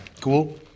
cool